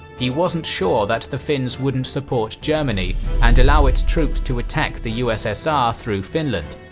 he wasn't sure that the finns wouldn't support germany and allow its troops to attack the ussr through finland.